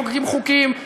מחוקקים חוקים,